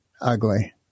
ugly